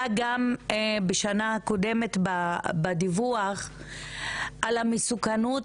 בשנה הקודמת היה גם בדיווח על המסוכנות,